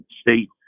State